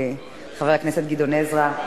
חבר הכנסת גדעון עזרא,